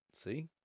See